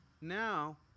Now